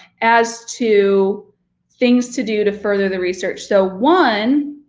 as to things to do to further the research. so one,